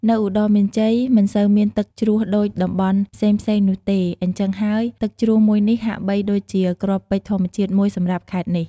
នៅឧត្តរមានជ័យមិនសូវមានទឹកជ្រោះដូចតំបន់ផ្សេងៗនោះទេ អ៊ីចឹងហើយ ទឹកជ្រោះមួយនេះហាក់បីដូចជាគ្រាប់ពេជ្រធម្មជាតិមួយសម្រាប់ខេត្តនេះ។